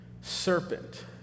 serpent